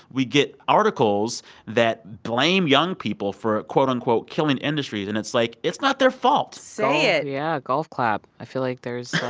we get articles that blame young people for quote, unquote, killing industries. and it's like, it's not their fault say it yeah, golf clap. i feel like there's.